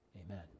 amen